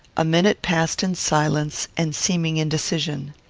a minute passed in silence and seeming indecision.